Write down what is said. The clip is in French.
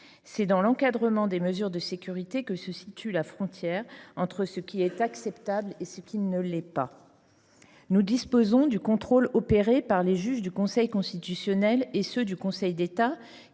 C’est dans l’encadrement des mesures de sécurité que se situe la frontière entre ce qui est acceptable et ce qui ne l’est pas. Nous pouvons compter sur le contrôle opéré par le Conseil constitutionnel et par le Conseil d’État,